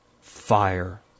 fire